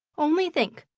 only think!